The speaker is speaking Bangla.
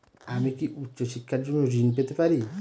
আমি কি উচ্চ শিক্ষার জন্য ঋণ পেতে পারি?